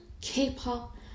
K-pop